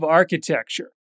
architecture